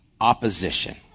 opposition